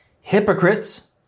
hypocrites